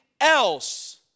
else